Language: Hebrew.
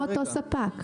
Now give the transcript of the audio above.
אותו יום ואותו ספק.